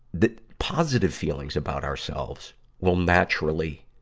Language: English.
the positive feelings about ourselves will naturally,